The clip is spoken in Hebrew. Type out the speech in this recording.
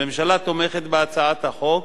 הממשלה תומכת בהצעת החוק